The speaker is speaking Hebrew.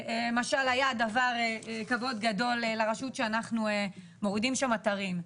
משל היה הדבר כבוד גדול לרשות שאנחנו מורידים שם אתרים.